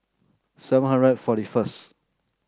seven hundred forty first